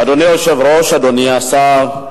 אדוני היושב-ראש, אדוני השר,